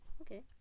Okay